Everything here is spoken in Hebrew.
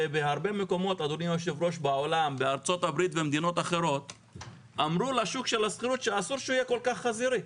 ובהרבה מקומות בעולם אמרו ששוק השכירות אסור שהוא יהיה כל כך חזירות.